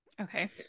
Okay